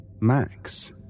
Max